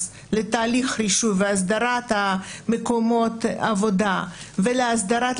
לתהליך רישוי והסדרת מקום העבודה ולהסדרה,